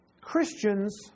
Christians